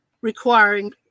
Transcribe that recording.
requiring